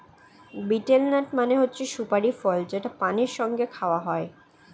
betel nut মানে হচ্ছে সুপারি ফল যেটা পানের সঙ্গে খাওয়া হয়